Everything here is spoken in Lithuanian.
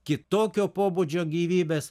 kitokio pobūdžio gyvybės